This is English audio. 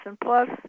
Plus